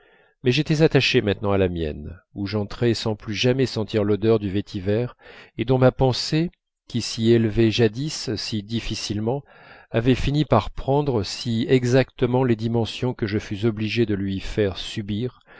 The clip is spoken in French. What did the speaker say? mais j'étais attaché maintenant à la mienne où j'entrais sans plus jamais sentir l'odeur du vétiver et dont ma pensée qui s'y élevait jadis si difficilement avait fini par prendre si exactement les dimensions que je fus obligé de lui faire subir